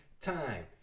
time